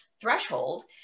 threshold